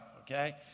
Okay